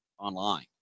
online